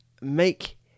make